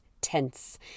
tense